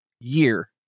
year